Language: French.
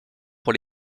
pour